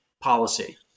policy